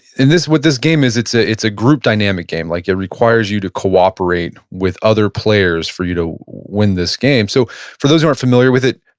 and what this game is, it's ah it's a group dynamic game, like it requires you to cooperate with other players for you to win this game. so for those who aren't familiar with it,